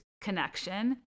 connection